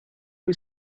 you